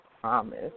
promise